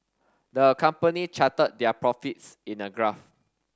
the company charted their profits in a graph